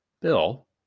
Bill